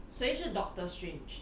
谁是 doctor strange